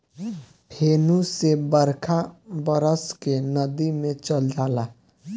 फेनू से बरखा बरस के नदी मे चल जाला